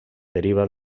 derivava